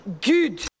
good